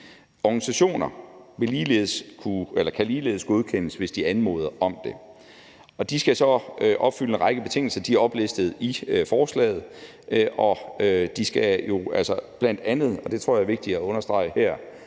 Organisationer kan ligeledes godkendes, hvis de anmoder om det. De skal så opfylde en række betingelser, som er oplistet i forslaget. De må jo bl.a.